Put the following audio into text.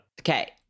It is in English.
Okay